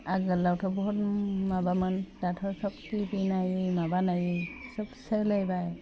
आगोलावथ' बुहुत माबामोन दाथ' खोबथि बिनाय माबानाय सोब सोलायबाय